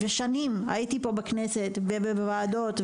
ושנים הייתי פה בכנסת ובוועדות,